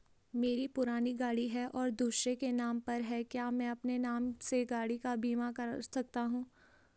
मेरी पुरानी गाड़ी है और दूसरे के नाम पर है क्या मैं अपने नाम से गाड़ी का बीमा कर सकता हूँ?